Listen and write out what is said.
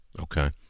Okay